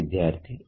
ವಿದ್ಯಾರ್ಥಿxy